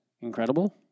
incredible